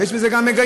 ויש בזה היגיון: